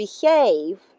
behave